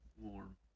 warm